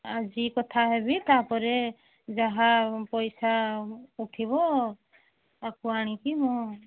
ଆଜି କଥା ହେବି ତା'ପରେ ଯାହା ପଇସା ଉଠିବ ତାକୁ ଆଣିକି ମୁଁ